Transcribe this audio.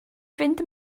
fynd